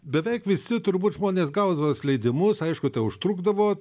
beveik visi turbūt žmonės gaudavo s leidimus aišku tai užtrukdavo